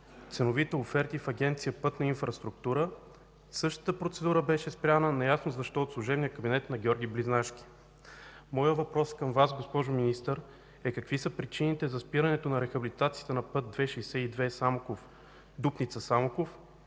ценовите оферти в Агенция „Пътна инфраструктура”. Същата процедура беше спряна неясно защо от служебния кабинет на Георги Близнашки. Моят въпрос към Вас, госпожо Министър, е: какви са причините за спирането на рехабилитацията на път ІІ-62 Самоков – Дупница – Самоков,